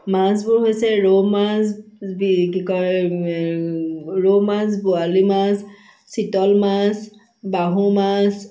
মাছবোৰ হৈছে ৰৌ মাছ কি কয় ৰৌমাছ বৰালি মাছ চিতল মাছ বাহু মাছ